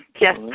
Yes